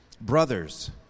Brothers